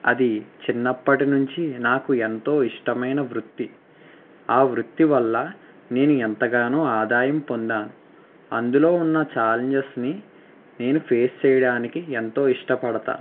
అది చిన్నప్పటి నుంచి నాకు ఎంతో ఇష్టమైన వృత్తి ఆ వృత్తి వల్ల నేను ఎంతగానో ఆదాయం పొందాను అందులో ఉన్న చాలెంజెస్ని నేను ఫేస్ చేయడానికి ఎంతో ఇష్టపడతాను